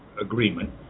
agreement